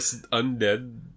undead